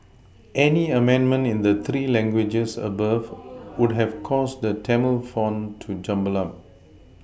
any amendment in the three languages above would have caused the Tamil font to jumble up